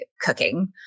cooking